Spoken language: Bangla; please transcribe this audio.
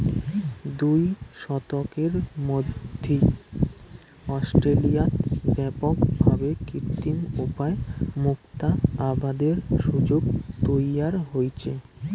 দুই দশকের মধ্যি অস্ট্রেলিয়াত ব্যাপক ভাবে কৃত্রিম উপায় মুক্তা আবাদের সুযোগ তৈয়ার হইচে